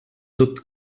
tot